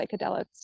psychedelics